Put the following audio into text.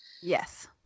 Yes